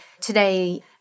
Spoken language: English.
today